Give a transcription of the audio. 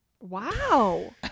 Wow